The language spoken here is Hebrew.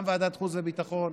גם ועדת החוץ והביטחון,